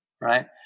right